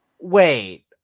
Wait